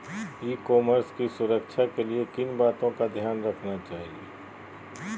ई commerce की सुरक्षा के लिए किन बातों का ध्यान रखना चाहिए?